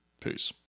Peace